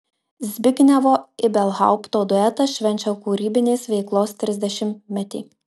zbignevo ibelhaupto duetas švenčia kūrybinės veiklos trisdešimtmetį